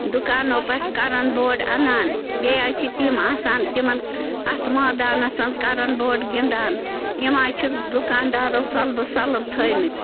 دُکانَو پٮ۪ٹھٕ carrom board اَنان بیٚیہِ حظ چھِ تِم آسان تِمَن اَتھ مٲدانَس منٛز کَرَم بورڈ گِنٛدان یِم حظ چھِ دُکاندارَو سۄلبہٕ سۄلب تھٲیمٕتۍ